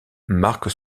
marque